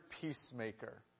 peacemaker